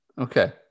Okay